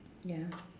ya